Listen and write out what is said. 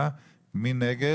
3. מי נגד?